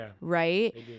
Right